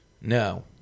No